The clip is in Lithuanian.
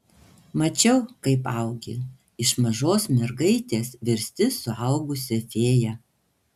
mačiau kaip augi iš mažos mergaitės virsti suaugusia fėja